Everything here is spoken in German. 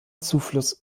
zufluss